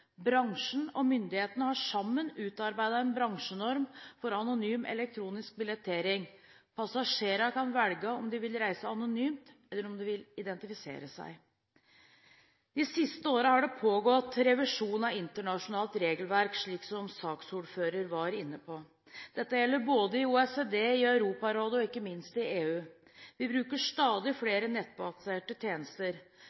Bransjen og myndighetene har sammen utarbeidet en bransjenorm for anonym elektronisk billettering. Passasjerene kan velge om de vil reise anonymt, eller om de vil identifisere seg. De siste årene har det pågått revisjon av internasjonalt regelverk, som saksordføreren var inne på. Dette gjelder både i OECD, i Europarådet og, ikke minst, i EU. Vi bruker stadig